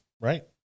right